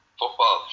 football